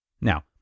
Now